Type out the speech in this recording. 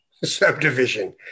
Subdivision